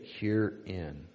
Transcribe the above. herein